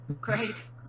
Great